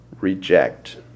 reject